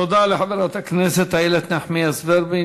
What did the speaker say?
תודה לחברת הכנסת איילת נחמיאס ורבין.